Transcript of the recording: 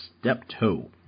Steptoe